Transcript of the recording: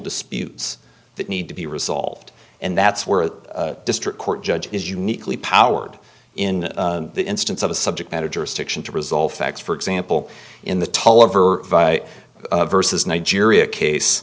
disputes that need to be resolved and that's where a district court judge is uniquely powered in the instance of a subject matter jurisdiction to resolve facts for example in the tolliver versus nigeria case